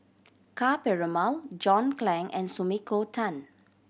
Ka Perumal John Clang and Sumiko Tan